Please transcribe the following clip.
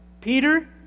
Peter